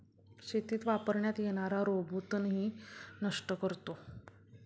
शेतीत वापरण्यात येणारा रोबो तणही नष्ट करतो